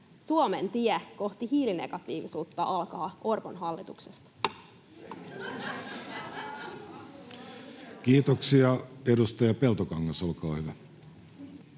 Suomen tie kohti hiilinegatiivisuutta alkaa Orpon hallituksesta. Kiitoksia. — Edustaja Peltokangas, olkaa hyvä.